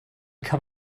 kann